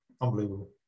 Unbelievable